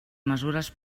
mesures